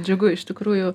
džiugu iš tikrųjų